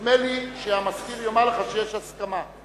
נדמה לי שהמזכיר יאמר לך שיש הסכמה.